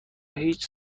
هیچ